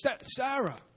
Sarah